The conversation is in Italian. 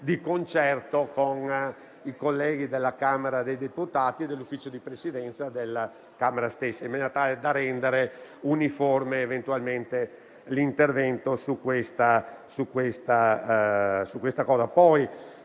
di concerto con i colleghi della Camera dei deputati e del suo Ufficio di Presidenza, in maniera tale da rendere uniforme eventualmente l'intervento in questo